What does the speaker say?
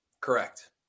Correct